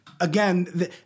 Again